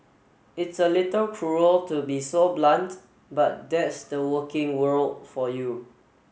it's a little cruel to be so blunt but that's the working world for you